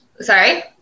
Sorry